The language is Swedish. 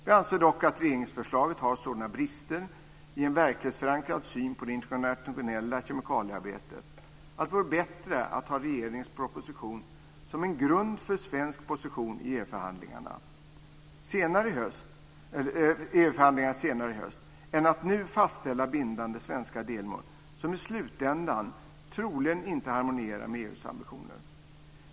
Vi anser dock att regeringsförslaget har sådana brister i en verklighetsförankrad syn på det internationella kemikaliearbetet att det vore bättre att ha regeringens proposition som en grund för en svensk position i EU-förhandlingarna senare i höst än att nu fastställa bindande svenska delmål som i slutändan troligen inte harmonierar med EU:s ambitioner.